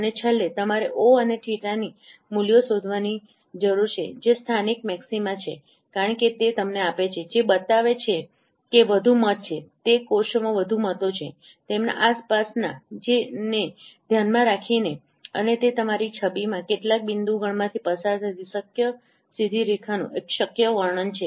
અને છેલ્લે તમારે ઓહρ અને થીટાθની મૂલ્યો શોધવાની જરૂર છે કે જે સ્થાનિક મેક્સિમા છે કારણકે તે તમને આપે છે જે બતાવે છે કે વધુ મત છે તે કોષોમાં વધુ મતો છે તેમના આસપાસના ને ધ્યાનમાં રાખીને અને તે તમારી છબીમાં કેટલાક બિંદુ ગણમાંથી પસાર થતી શક્ય સીધી રેખાનું એક શક્ય વર્ણન છે